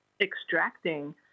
extracting